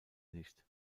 nicht